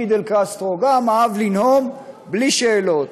פידל קסטרו גם אהב לנאום בלי שאלות.